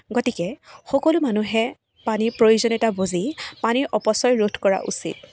গতিকে সকলো মানুহে পানীৰ প্ৰয়োজনীয়তা বুজি পানীৰ অপচয় ৰোধ কৰা উচিত